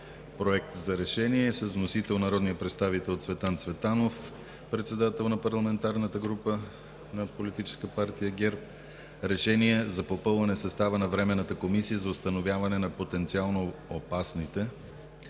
Проект за решение с вносител народният представител Цветан Цветанов – председател на парламентарната група на Политическа партия ГЕРБ. „Проект! РЕШЕНИЕ за попълване състава на Временната комисия за установяване на потенциално опасните